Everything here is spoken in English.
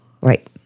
Right